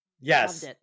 Yes